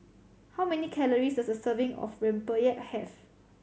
how many calories does a serving of rempeyek have